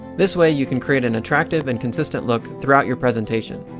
this way you can create an attractive and consistent look throughout your presentation.